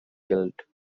killed